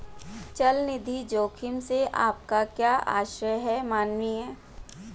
चल निधि जोखिम से आपका क्या आशय है, माननीय?